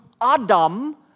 adam